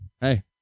Hey